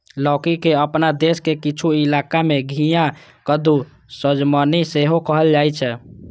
लौकी के अपना देश मे किछु इलाका मे घिया, कद्दू, सजमनि सेहो कहल जाइ छै